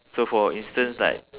so for instance like